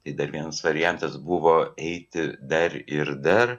tai dar vienas variantas buvo eiti dar ir dar